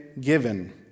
given